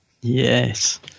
Yes